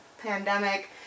pandemic